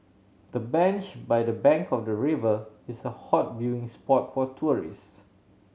the bench by the bank of the river is a hot viewing spot for tourists